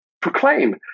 proclaim